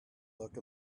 look